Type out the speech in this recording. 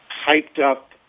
hyped-up